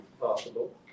possible